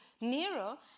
Nero